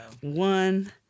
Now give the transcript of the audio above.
one